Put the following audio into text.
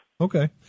Okay